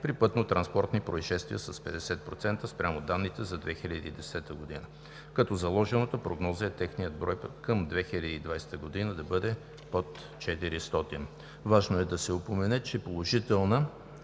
при пътнотранспортни произшествия с 50% спрямо данните за 2010 г., като заложената прогноза е техният брой към 2020 г. да бъде под 400. Важно е да се упомене, че положителна